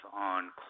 on